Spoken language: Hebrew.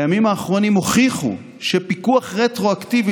הימים האחרונים הוכיחו שפיקוח רטרואקטיבי,